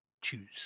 Choose